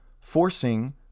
forcing